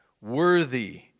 worthy